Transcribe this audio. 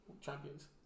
champions